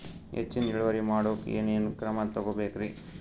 ಹೆಚ್ಚಿನ್ ಇಳುವರಿ ಮಾಡೋಕ್ ಏನ್ ಏನ್ ಕ್ರಮ ತೇಗೋಬೇಕ್ರಿ?